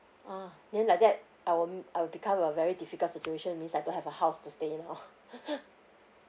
ah then like that I will I will become a very difficult situation means like to have a house to stay in hor